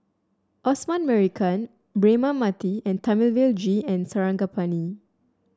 Osman Merican Braema Mathi and Thamizhavel G Sarangapani